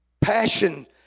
Passion